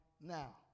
now